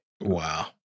Wow